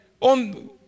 on